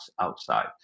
outside